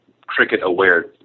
cricket-aware